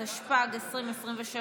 התשפ"ג 2023,